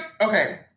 Okay